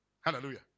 Hallelujah